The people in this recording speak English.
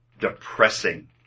Depressing